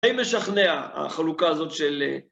דיי משכנע, החלוקה הזאת של...